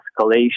escalation